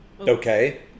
Okay